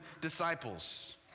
disciples